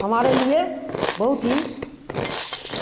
हमारे लिए बहुत ही